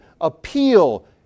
appeal